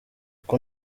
uko